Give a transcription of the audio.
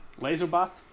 Laserbot